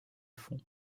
fond